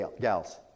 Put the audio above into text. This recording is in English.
gals